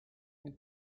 and